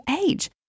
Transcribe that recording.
age